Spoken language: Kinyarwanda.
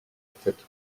atatu